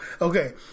Okay